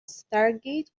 stargate